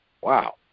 wow